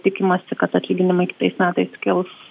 tikimasi kad atlyginimai kitais metais kils